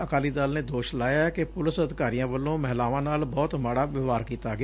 ਅਕਾਲੀ ਦਲ ਨੇ ਦੋਸ਼ ਲਾਇਐ ਕਿ ਪੁਲਿਸ ਅਧਿਕਾਰੀਆਂ ਵਲੋ ਮਹਿਲਾਵਾਂ ਨਾਲ ਬਹੁਤ ਮਾੜਾ ਵਿਵਹਾਰ ਕੀਤਾ ਗਿਆ